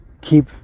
keep